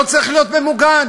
לא צריך להיות ממוגן.